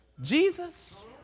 Jesus